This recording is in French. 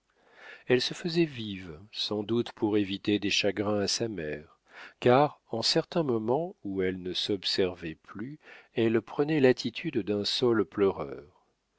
elle se faisait vive sans doute pour éviter des chagrins à sa mère car en certains moments où elle ne s'observait plus elle prenait l'attitude d'un saule pleureur